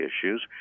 issues